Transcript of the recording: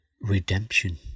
redemption